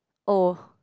oh